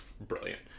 brilliant